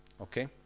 Okay